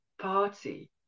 party